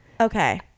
Okay